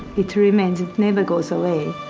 it remains. it never goes away.